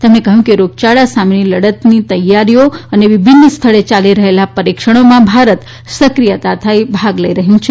તેમણે કહ્યું કે રોગયાળા સામેની લડત તૈયારીઓ અને વિભિન્ન સ્થળે ચાલી રહેલા પરીક્ષણોના ભારત સંક્રિયતાથી ભાગ લઇ રહયૂં છે